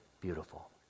beautiful